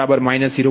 0384 21 0